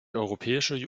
europäische